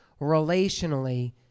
relationally